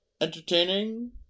entertaining